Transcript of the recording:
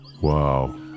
Wow